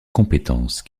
compétences